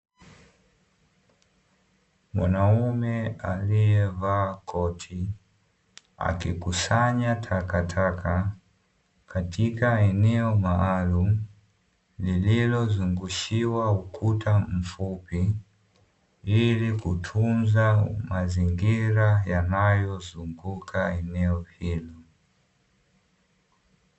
Mwanaume aliye vaa koti akikusanya takataka katika eneo maalumu lililo zungushiwa ukuta mfupi ili kutunza mazingira yanayo zunguka eneo hilo.